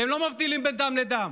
כי הם לא מבדילים בין דם לדם.